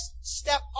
step